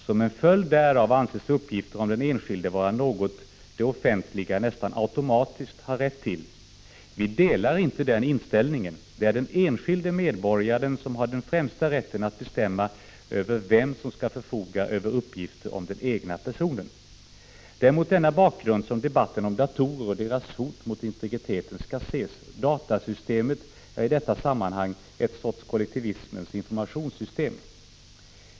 Som en följd därav anses uppgifter om den enskilde vara någonting som det offentliga nästan automatiskt har rätt till. Vi delar inte den inställningen. Det är den enskilde medborgaren som har den främsta rätten att bestämma över vem som skall förfoga över uppgifter om den egna personen. Det är mot denna bakgrund som debatten om datorer och deras hot mot integriteten skall ses. Datasystemet är i detta sammanhang en sorts kollektivismens informationssystem.